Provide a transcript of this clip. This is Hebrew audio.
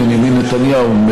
בנימין נתניהו,